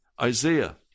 Isaiah